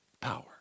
power